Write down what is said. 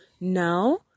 Now